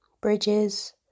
Bridges